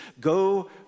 go